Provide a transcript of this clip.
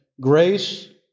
grace